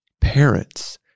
parents